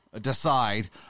decide